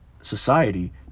society